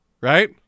right